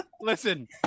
Listen